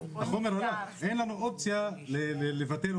אין לנו אופציה לבטל,